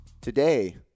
Today